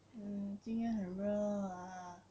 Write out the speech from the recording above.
mm 今天很热 ah